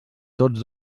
tots